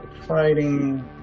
fighting